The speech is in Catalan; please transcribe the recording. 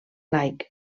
laic